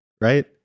right